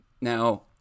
Now